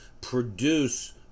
produce